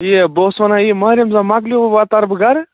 یہِ بہٕ اوسُس وَنان یہِ ماہِ رمضان مۅکلو وۅنۍ ترٕ بہٕ گَرٕ